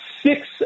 six